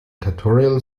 tutorial